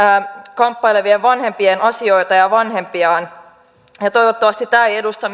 kamppailevien vanhempien asioita ja vanhempiaan toivottavasti tämä ei edusta